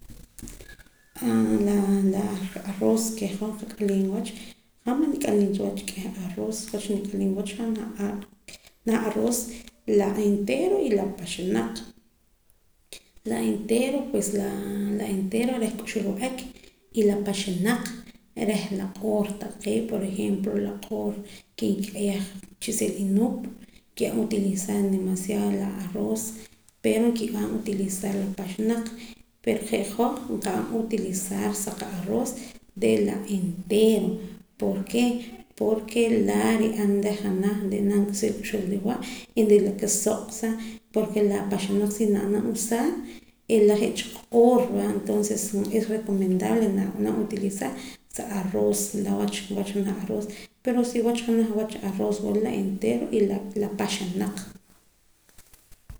La la arroz ke hoj qat'aliim wach han man wat'aliim ta k'ieh wach arroz wach wat'aliim wach jjanaj aroos enteero y la paxanaq la enteero pues la enteeo reh k'uxb'al wa'ak y la paxanaq reh la q'oor taqee' por ejemplo la q'oor ke nkik'ayaj chu'sil inuup nki'an utilizar demasiado la arroz pero nk'ian utilizar la paxanaq pero je' hoj nqa'an sa qa arroz re' la enteerto ¿por qué? Pporke laa' nri'an reh janaj nre'nam aka sa rik'uxbal riwa' n'ila suq aka porke la paxanaq si nab'anam usar n'ila je' cha q'oor va entonces es recomendable nab'anam utilizar sa arroz la wach wach janaj arroz pero si wach janaj wach arroz wila la enteero y la paxanaq